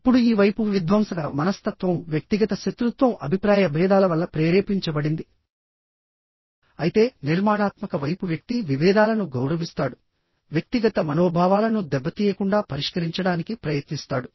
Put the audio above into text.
ఇప్పుడు ఈ వైపుః విధ్వంసక మనస్తత్వం వ్యక్తిగత శత్రుత్వం అభిప్రాయ భేదాల వల్ల ప్రేరేపించబడిందిఅయితే నిర్మాణాత్మక వైపు వ్యక్తి విభేదాలను గౌరవిస్తాడు వ్యక్తిగత మనోభావాలను దెబ్బతీయకుండా పరిష్కరించడానికి ప్రయత్నిస్తాడు